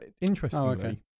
Interestingly